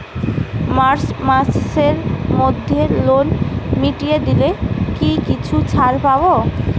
March মাসের মধ্যে loan মিটিয়ে দিলে কি কিছু ছাড় পাব?